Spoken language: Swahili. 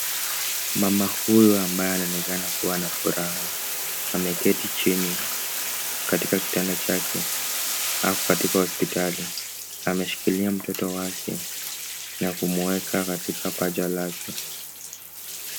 Mama huyu ambaye anaonekana kuwa na furaha. Ameketi chini katika kitanda chake, ako katika hospitali. Ameshikilia mtoto wake na kumweka katika paja lake.